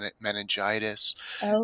meningitis